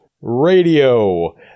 Radio